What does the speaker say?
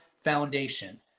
foundation